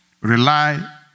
Rely